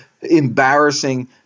embarrassing